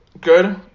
good